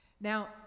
Now